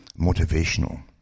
motivational